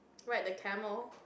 ride the camel